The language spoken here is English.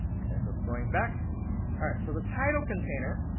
so going back ah so the title container,